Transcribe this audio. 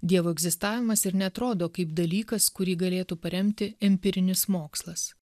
dievo egzistavimas ir neatrodo kaip dalykas kurį galėtų paremti empirinis mokslas